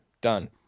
done